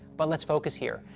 but let's focus here.